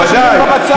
ודאי.